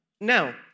Now